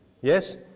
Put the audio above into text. Yes